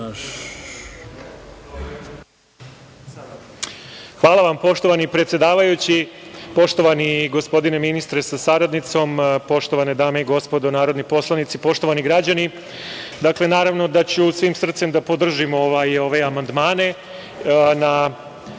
Hvala vam poštovani predsedavajući. Poštovani gospodine ministre sa saradnicom, poštovane dame i gospodo narodni poslanici, poštovani građani, dakle naravno da ću svim srcem da podržim ove amandmane